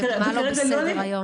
זה סוגר לך את הסעיף.